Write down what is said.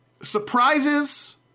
surprises